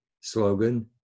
slogan